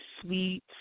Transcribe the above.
sweet